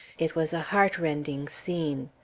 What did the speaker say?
it was a heart-rending scene.